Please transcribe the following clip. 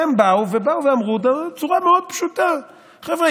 הם באו ואמרו בצורה מאוד פשוטה: חברים,